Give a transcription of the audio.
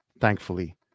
thankfully